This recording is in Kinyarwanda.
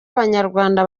abanyarwanda